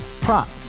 prop